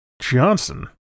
Johnson